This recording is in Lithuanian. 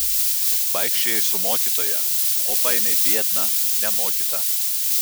vaikščiojai su mokytoja o paėmei biedną nemokytą